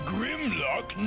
Grimlock